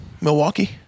Milwaukee